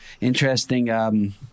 Interesting